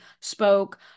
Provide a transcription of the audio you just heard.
spoke